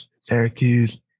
Syracuse